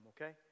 okay